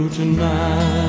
tonight